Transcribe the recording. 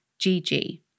GG